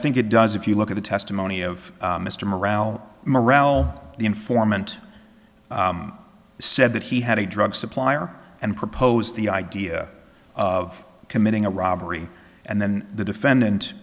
think it does if you look at the testimony of mr morale morale the informant said that he had a drug supplier and proposed the idea of committing a robbery and then the defendant